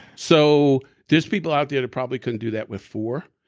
so there's people out there that probably couldn't do that with four